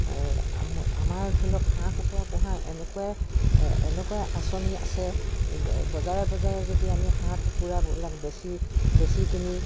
এই আমাৰ ধৰি লওক হাঁহ কুকুৰা পোহা এনেকুৱাই এনেকুৱা আঁচনি আছে বজাৰে বজাৰে যদি আমি হাঁহ কুকুৰাবিলাক বেচি বেচি কিনি